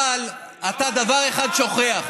גם אתה לא, אף אחד לא,